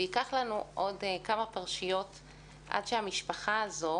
ייקח לנו עד כמה פרשיות עד שהמשפחה הזו